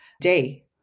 day